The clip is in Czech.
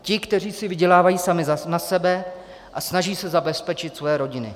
Ti, kteří si vydělávají sami na sebe a snaží se zabezpečit svoje rodiny.